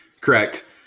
Correct